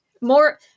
More